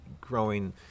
growing